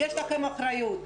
יש לכם אחריות.